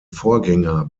vorgänger